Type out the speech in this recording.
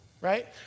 right